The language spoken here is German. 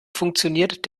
funktioniert